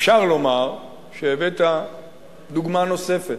אפשר לומר שהבאת דוגמה נוספת,